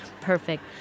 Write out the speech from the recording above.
perfect